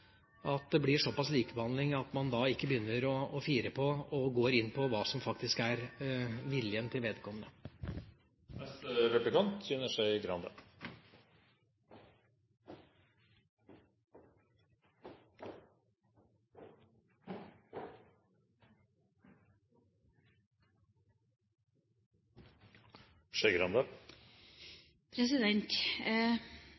at det blir såpass likebehandling at man ikke begynner å fire på eller går inn på hva som faktisk er viljen til vedkommende.